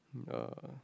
yeah